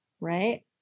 right